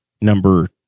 number